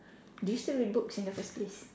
do you still read books in the first place